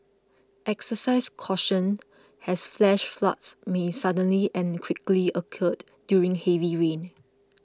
exercise caution as flash floods may suddenly and quickly occur during heavy rain